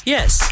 Yes